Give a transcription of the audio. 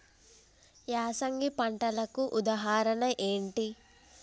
యాసంగి పంటలకు ఉదాహరణ ఏంటి?